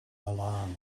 milan